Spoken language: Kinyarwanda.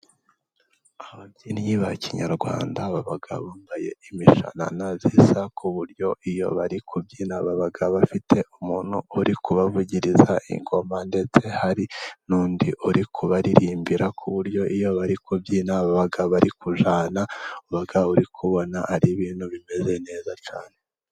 Ababyinnyi ba kinyarwanda baba bambaye imishanana isa ku buryo iyo bari kubyina baba bafite umuntu uri kubavugiriza ingoma, ndetse hari n'undi uri kubaririmbira ku buryo iyo bari kubyina baba bari kujyana, uba uri kubona ari ibintu bimeze neza cyane